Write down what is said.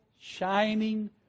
shining